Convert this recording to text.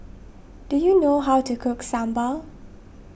do you know how to cook Sambal